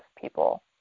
people